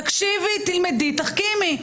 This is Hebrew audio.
תקשיבי, תלמדי, תחכימי.